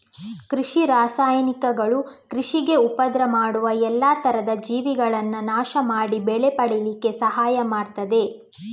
ಕೃಷಿ ರಾಸಾಯನಿಕಗಳು ಕೃಷಿಗೆ ಉಪದ್ರ ಮಾಡುವ ಎಲ್ಲಾ ತರದ ಜೀವಿಗಳನ್ನ ನಾಶ ಮಾಡಿ ಬೆಳೆ ಪಡೀಲಿಕ್ಕೆ ಸಹಾಯ ಮಾಡ್ತದೆ